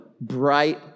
bright